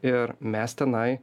ir mes tenai